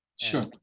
Sure